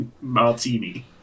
martini